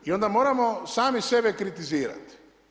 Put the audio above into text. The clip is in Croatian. I onda moramo sami sebe kritizirati.